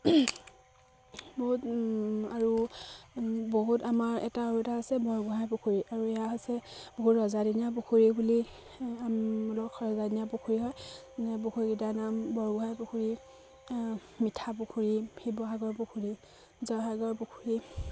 বহুত আৰু বহুত আমাৰ এটা আৰু এটা আছে বৰগোহাঁই পুখুৰী আৰু ইয়াৰ হৈছে বহুত ৰজাদিনীয়া পুখুৰী বুলি অলপ ৰজাদিনীয়া পুখুৰী হয় পুখুৰীকেইটাৰ নাম বৰগোহাঁই পুখুৰী মিঠা পুখুৰী শিৱসাগৰ পুখুৰী জয়সাগৰ পুখুৰী